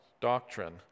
Doctrine